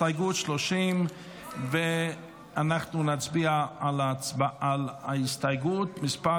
הסתייגות 30. אנחנו נצביע על הסתייגות מס'